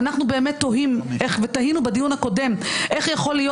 אנחנו באמת תוהים ותהינו בדיון הקודם איך יכול להיות